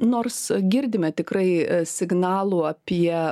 nors girdime tikrai signalų apie